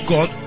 God